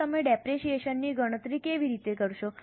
હવે તમે ડેપરેશીયેશન ની ગણતરી કેવી રીતે કરશો